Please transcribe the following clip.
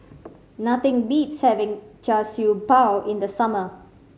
nothing beats having Char Siew Bao in the summer